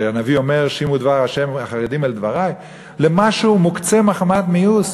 שהנביא אומר: "שמעו דבר ה' החרדים אל דברו" למשהו מוקצה מחמת המיאוס.